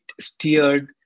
steered